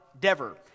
Dever